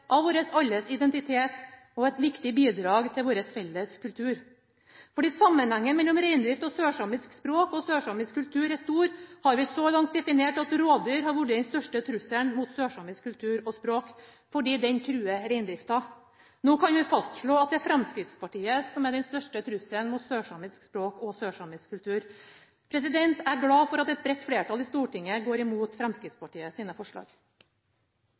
av vår alles identitet og et viktig bidrag til vår felles kultur. Sammenhengen mellom reindrift og sørsamisk språk og sørsamisk kultur er stor, og så langt har vi definert rovdyr til å være den største trusselen mot sørsamisk kultur og språk, fordi den truer reindrifta. Nå kan vi fastslå at det er Fremskrittspartiet som er den største trusselen mot sørsamisk språk og sørsamisk kultur. Jeg er glad for at bredt flertall i Stortinget går imot Fremskrittspartiets forslag.